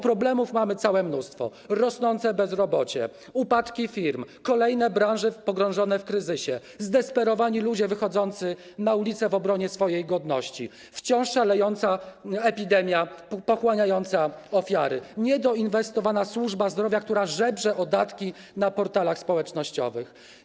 Problemów mamy całe mnóstwo: rosnące bezrobocie, upadki firm, kolejne branże pogrążone w kryzysie, zdesperowani ludzie wychodzący na ulice w obronie swojej godności, wciąż szalejąca epidemia, pochłaniająca ofiary, niedoinwestowana służba zdrowia, która żebrze o datki na portalach społecznościowych.